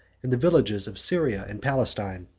and the villages of syria and palestine.